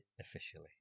Officially